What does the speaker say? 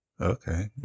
Okay